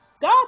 God